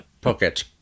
pocket